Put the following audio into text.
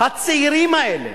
הצעירים האלה